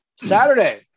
Saturday